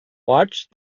watch